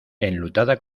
enlutada